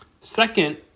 Second